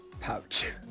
Pouch